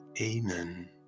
Amen